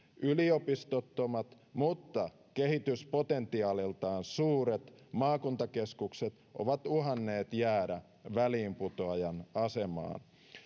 yliopistottomat mutta kehityspotentiaaliltaan suuret maakuntakeskukset ovat uhanneet jäädä väliinputoajan asemaan